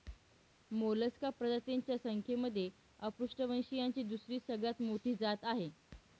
Mollusca प्रजातींच्या संख्येमध्ये अपृष्ठवंशीयांची दुसरी सगळ्यात मोठी जात आहे